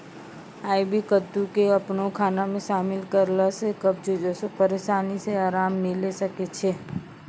आइ.वी कद्दू के अपनो खाना मे शामिल करला से कब्जो जैसनो परेशानी से अराम मिलै सकै छै